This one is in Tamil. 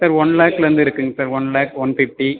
சார் ஒன் லேக்ல இருந்து இருக்குங்க sir one lakh one fifty